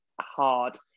hard